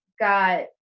got